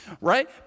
right